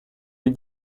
les